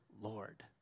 Lord